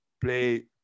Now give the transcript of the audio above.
play